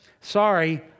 sorry